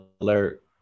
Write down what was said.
alert